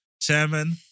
Chairman